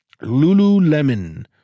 Lululemon